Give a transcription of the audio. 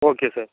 okay sir